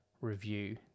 review